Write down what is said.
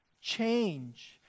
change